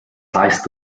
heißt